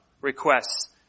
requests